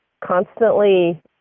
constantly